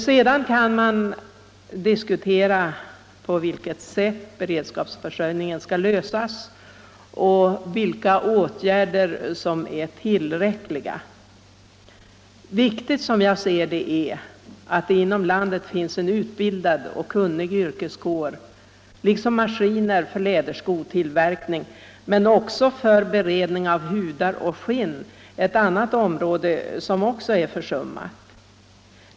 Sedan kan man diskutera på vilket sätt beredskapsförsörjningens problem skall lösas och vilka åtgärder som är tillräckliga. Viktigt är, som jag ser det, att det inom landet finns en utbildad och kunnig yrkeskår liksom maskiner för läderskotillverkning - men också för beredning av hudar och skinn, ett annat område som är försummat.